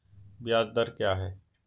ब्याज दर क्या है?